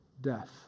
death